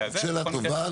זאת שאלת טובה.